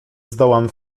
zdołam